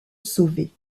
sauver